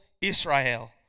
Israel